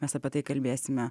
mes apie tai kalbėsime